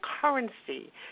currency